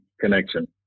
connection